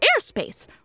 airspace